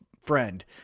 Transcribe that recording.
friend